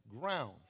ground